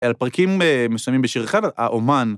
על פרקים מסוימים בשיר אחד, האומן.